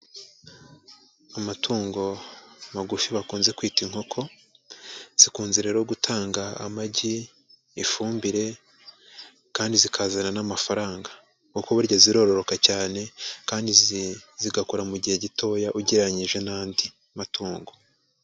Amatungo magufi bakunze kwita inkoko zikunze rero gutanga amagi ifumbire kandi zikazana n'amafaranga kuko burya ziroroka cyane kandi zigakora mu gihe gitoya ugereranyije n'andi matungo.